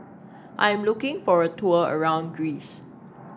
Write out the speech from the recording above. I am looking for a tour around Greece